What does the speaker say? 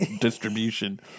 distribution